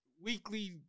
weekly